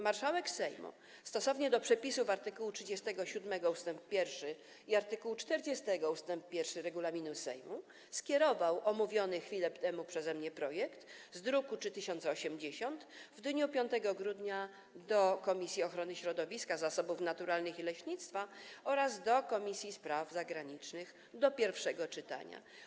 Marszałek Sejmu stosownie do przepisów art. 37 ust. 1 i art. 40 ust. 1 regulaminu Sejmu skierował omówiony chwilę temu przeze mnie projekt z druku nr 3080 w dniu 5 grudnia do Komisji Ochrony Środowiska, Zasobów Naturalnych i Leśnictwa oraz do Komisji Spraw Zagranicznych do pierwszego czytania.